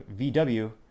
VW